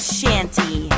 shanty